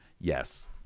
Yes